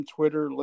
Twitter